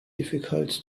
difficult